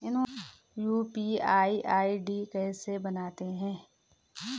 UPI ID कैसे बनाते हैं?